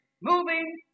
moving